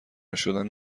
شدن